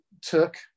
took